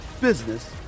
business